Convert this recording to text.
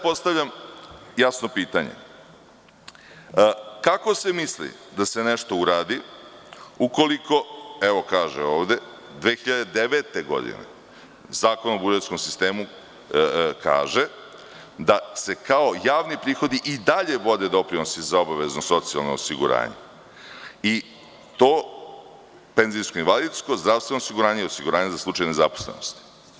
Postavljam jasno pitanje – kako se misli da se nešto uradi ukoliko, evo kaže ovde, 2009. godine Zakon o budžetskom sistemu kaže da se kao javni prihodi i dalje vode doprinosi za obavezno socijalno obrazovanje i to penzijsko i invalidsko osiguranje, zdravstveno osiguranje i osiguranje za slučaj nezaposlenosti.